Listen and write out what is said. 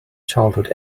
childhood